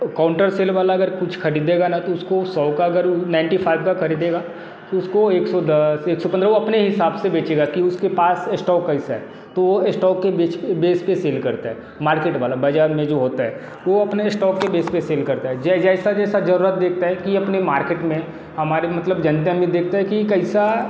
counter sale वाला अगर कुछ ख़रीदेगा ना तो उसको सौ का अगर नाइंटी फाइव का ख़रीदेगा तो उसको एक सौ दस एक सौ पंद्रह वो अपने हिसाब से बेचेगा कि उसके पास स्टॉक कैसा है तो वो इस्टॉक के बेच पर बेस पर सेल करता है मार्केट बाला बाज़ार में जो होता है वो अपने स्टॉक के बेस पर सेल करता है जैसी जैसी ज़रूरत देखता है कि अपने मार्केट में हमारे मतलब जनता में देखता है कि कैसा